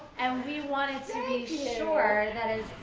and we wanted to be sure that as